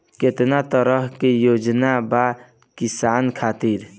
केतना तरह के योजना बा किसान खातिर?